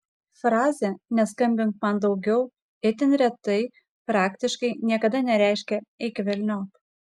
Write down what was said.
frazė neskambink man daugiau itin retai praktiškai niekada nereiškia eik velniop